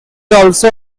also